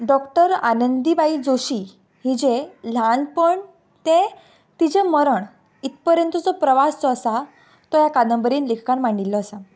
doctor Anandi Bai Joshi हिजें ल्हानपण तें तिजें मरण ईत पर्यंतजो प्रवास जो आसा तो ह्या कादंबरीन लेखकान मांडिल्लो आसा